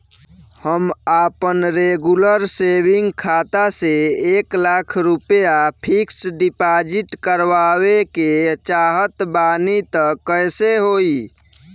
हम आपन regular saving खाता से एक लाख रुपया फिक्स डिपॉज़िट करवावे के चाहत बानी त कैसे होई?